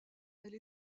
elle